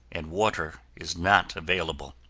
and water is not available.